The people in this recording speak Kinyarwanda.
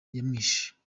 yamwishe